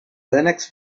linux